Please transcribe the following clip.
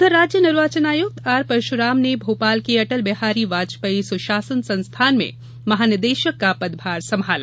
उधर राज्य निर्वाचन आयुक्त आर परशुराम ने भोपाल के अटलबिहारी वाजपयी सुशासन संस्थान में महानिदेशक का पदभार संभाला